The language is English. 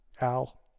Al